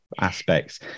aspects